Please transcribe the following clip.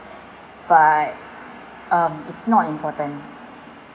but um it's not important